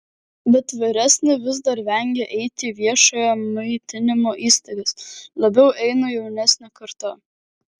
bet vyresni vis dar vengia eiti į viešojo maitinimo įstaigas labiau eina jaunesnė karta